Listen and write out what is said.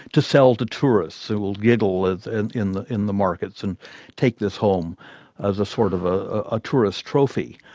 to sell to tourists who will giggle and in the in the markets and take this home as a sort of ah a tourist trophy.